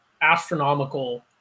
astronomical